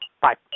Bye